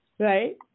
Right